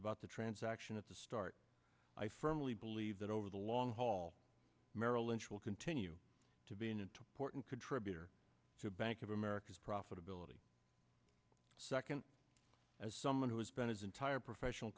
about the transaction at the start i firmly believe that over the long haul merrill lynch will continue to be in it to porton contributor to bank of america's profitability second as someone who has spent his entire professional